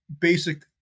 basic